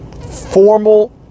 formal